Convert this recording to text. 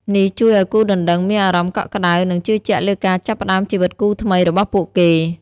នេះជួយឲ្យគូដណ្ដឹងមានអារម្មណ៍កក់ក្តៅ និងជឿជាក់លើការចាប់ផ្ដើមជីវិតគូថ្មីរបស់ពួកគេ។